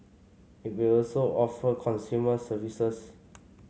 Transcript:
it will also offer consumer services